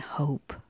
hope